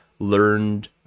learned